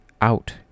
out